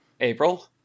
April